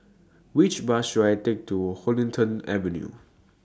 Which Bus should I Take to Huddington Avenue